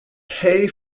pay